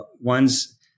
ones